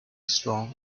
strong